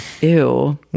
ew